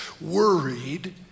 worried